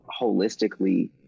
holistically